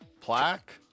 Plaque